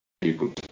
people